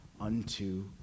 unto